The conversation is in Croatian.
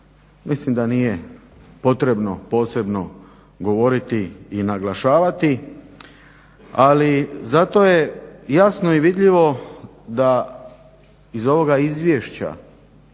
Mislim da nije potrebno posebno govoriti i naglašavati. Ali zato je jasno vidljivo da iz ovoga izvješća